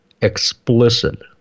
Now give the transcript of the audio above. explicit